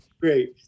Great